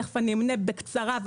תכף אמנה בקצרה,